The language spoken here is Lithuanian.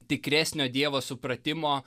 tikresnio dievo supratimo